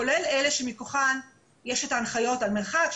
כולל אלה שמכוחן יש את ההנחיות על מרחק,